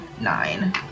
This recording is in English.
nine